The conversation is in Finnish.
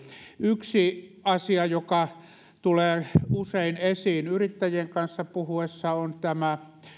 yksi asia joka tulee usein esiin yrittäjien kanssa puhuessa on tämä